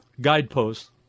guideposts